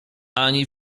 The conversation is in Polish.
ani